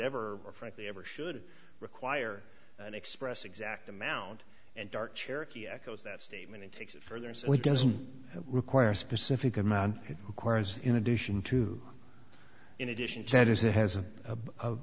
ever frankly ever should require an express exact amount and dark cherokee echoes that statement it takes it further so it doesn't require a specific amount of cora's in addition to in addition to that is it has